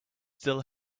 still